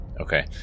Okay